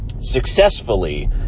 successfully